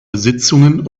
besitzungen